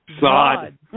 God